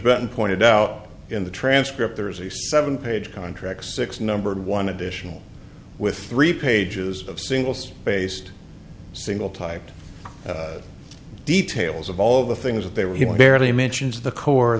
burton pointed out in the transcript there's a seven page contract six numbered one additional with three pages of singles based single typed details of all the things that they were given barely mentions the core